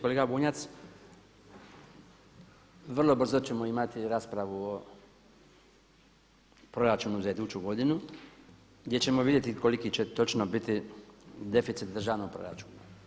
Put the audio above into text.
Kolega Bunjac, vrlo brzo ćemo imati raspravu o proračunu za iduću godinu gdje ćemo vidjeti koliki će točno biti deficit državnog proračuna.